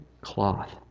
cloth